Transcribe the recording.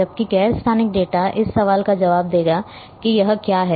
जबकि गैर स्थानिक डेटा इस सवाल का जवाब देगा कि यह क्या है